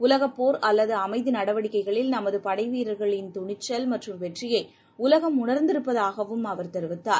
உலகப்போர் அல்லதுஅமைதிநடவடிக்கைகளில் நமதுபடைவீரர்களின் துணிச்சல் மற்றம் வெற்றியைஉலகம் உணர்ந்திருப்பதாகவும் அவர் தெரிவித்தார்